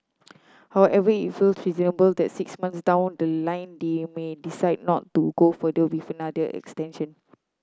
however it feels reasonable that six months down the line they may decide not to go further with another extension